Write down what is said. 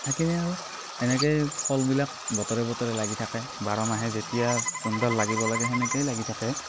থাকিলে আৰু সেনেকেই ফলবিলাক বতৰে বতৰে লাগি থাকে বাৰমাহে যেতিয়া যোনডাল লাগিব লাগে সেনেকেই লাগি থাকে